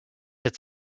its